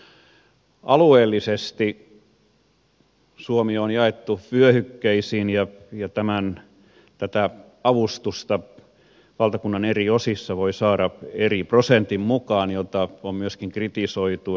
alueellisesti suomi on jaettu vyöhykkeisiin ja tätä avustusta valtakunnan eri osissa voi saada eri prosentin mukaan mitä on myöskin kritisoitu